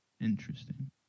Interesting